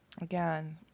Again